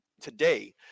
today